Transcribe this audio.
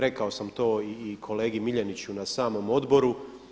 Rekao sam to i kolegi Miljeniću na samom odboru.